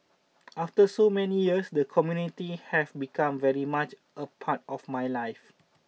after so many years the community has become very much a part of my life